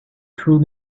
through